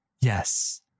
Yes